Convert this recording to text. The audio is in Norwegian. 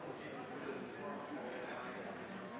alle for